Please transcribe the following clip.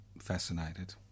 fascinated